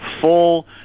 full